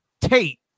Tate